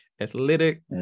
athletic